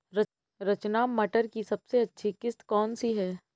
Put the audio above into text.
रचना मटर की सबसे अच्छी किश्त कौन सी है?